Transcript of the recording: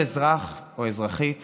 כל אזרח או אזרחית